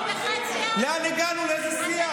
לאן הגענו, לאיזה שיח?